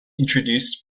introduced